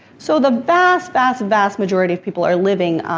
so, the vast, vast, vast majority of people are living,